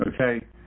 okay